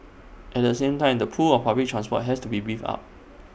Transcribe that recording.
at the same time the pull of public transport has to be beefed up